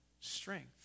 strength